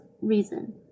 reason